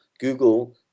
Google